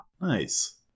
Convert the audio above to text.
Nice